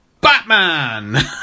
Batman